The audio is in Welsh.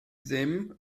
ddim